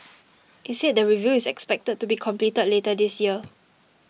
it said the review is expected to be completed later this year